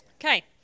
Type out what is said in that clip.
Okay